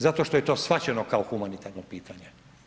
Zato što je to shvaćeno kao humanitarno pitanje.